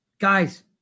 guys